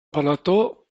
plató